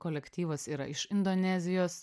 kolektyvas yra iš indonezijos